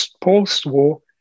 post-war